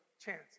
chance